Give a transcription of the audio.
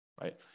right